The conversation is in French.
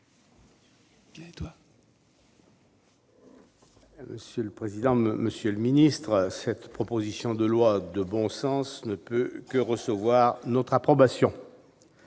Monsieur le président, monsieur le secrétaire d'État, cette proposition de loi de bon sens ne peut que recevoir notre approbation,